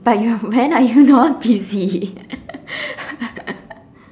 but you when are you not busy